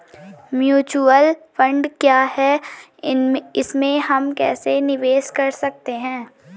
Mutual fund क्या है इसमें हम कैसे निवेश कर सकते हैं?